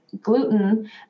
gluten